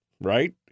right